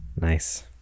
Nice